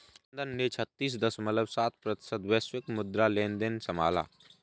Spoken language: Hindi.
लंदन ने छत्तीस दश्मलव सात प्रतिशत वैश्विक मुद्रा लेनदेन संभाला